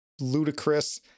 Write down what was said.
ludicrous